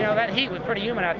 yeah that heat was pretty humid.